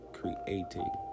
creating